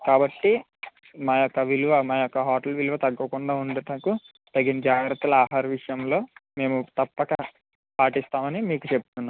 కాబట్టి మా యొక్క విలువ మా యొక్క హోటల్ విలువ తగ్గుకుండా ఉండుటకు తగిన జాగ్రత్తలు ఆహార విషయంలో మేము తప్పక పాటిస్తామని మీకు చెప్తున్నాము